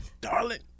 darling